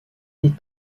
les